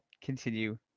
continue